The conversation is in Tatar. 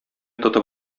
тотып